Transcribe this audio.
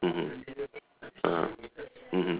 mmhmm ah mmhmm